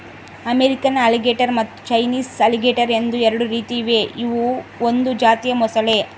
American alligator ಮತ್ತು Chinese alligator ಎಂದು ಎರಡು ರೀತಿ ಇವೆ ಇವು ಒಂದು ಜಾತಿಯ ಮೊಸಳೆ